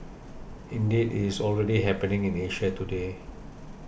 indeed it is already happening in Asia today